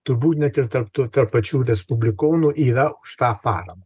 turbūt net ir tarp tų tarp pačių respublikonų yra už tą paramą